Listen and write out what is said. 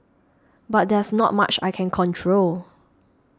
but there's not much I can control